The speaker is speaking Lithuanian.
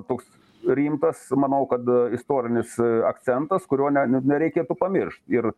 toks rimtas manau kad istorinis akcentas kurio ne nereikėtų pamiršt ir